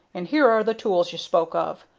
and here are the tools you spoke of.